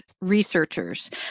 researchers